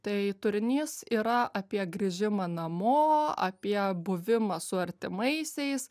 tai turinys yra apie grįžimą namo apie buvimą su artimaisiais